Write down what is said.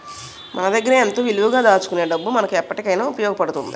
మన దగ్గరే ఎంతో విలువగా దాచుకునే డబ్బు మనకు ఎప్పటికైన ఉపయోగపడుతుంది